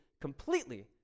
completely